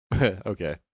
Okay